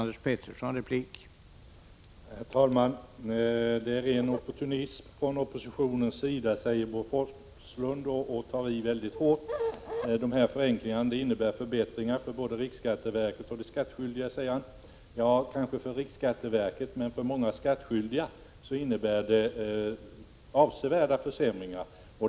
Herr talman! Det är ren opportunism från oppositionens sida, säger Bo Forslund och tar i väldigt hårt. Förenklingarna innebär förbättringar för både riksskatteverket och de skattskyldiga, säger Bo Forslund vidare. Ja, kanske för riksskatteverket, men för många skattskyldiga innebär de avsevärda försämringar.